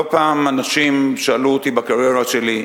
לא פעם אנשים שאלו אותי בקריירה שלי: